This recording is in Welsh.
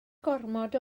gormod